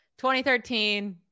2013